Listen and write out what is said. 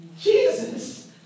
Jesus